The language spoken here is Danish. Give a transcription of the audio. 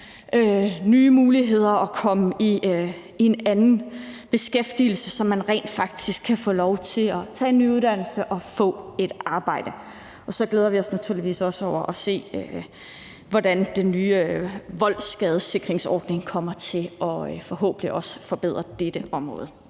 nye muligheder og komme i en anden beskæftigelse, og at man rent faktisk kan få lov til at tage en ny uddannelse og få et arbejde. Og så glæder vi os naturligvis også til at se, hvordan den nye voldsskadesikringsordning forhåbentlig også kommer til at forbedre dette område.